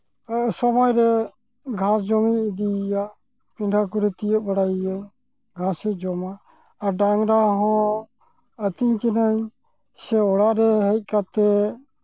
ᱥᱚᱢᱚᱭ ᱨᱮ ᱜᱷᱟᱸᱥ ᱡᱚᱢᱤᱧ ᱤᱫᱤᱭᱮᱭᱟ ᱯᱤᱰᱷᱟᱹ ᱠᱚᱨᱮᱧ ᱛᱤᱭᱟᱹᱜ ᱵᱟᱲᱟᱭᱮᱭᱟᱹᱧ ᱜᱷᱟᱸᱥᱮ ᱡᱚᱢᱟ ᱟᱨ ᱰᱟᱝᱨᱟ ᱦᱚᱸ ᱟᱹᱛᱤᱧ ᱠᱤᱱᱟᱹᱧ ᱥᱮ ᱚᱲᱟᱜ ᱨᱮ ᱦᱮᱡ ᱠᱟᱛᱮᱫ